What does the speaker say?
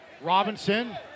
Robinson